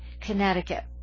Connecticut